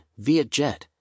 Vietjet